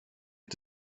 had